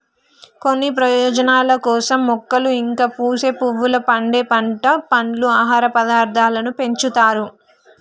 కొన్ని ప్రయోజనాల కోసం మొక్కలు ఇంకా పూసే పువ్వులు, పండే పంట, పండ్లు, ఆహార పదార్థాలను పెంచుతారు